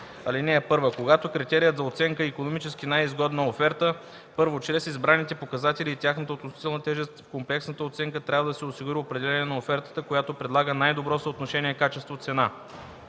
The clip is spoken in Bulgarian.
28а. (1) Когато критерият за оценка е икономически най-изгодната оферта: 1. чрез избраните показатели и тяхната относителна тежест в комплексната оценка трябва да се осигури определяне на офертата, която предлага най-добро съотношение качество – цена;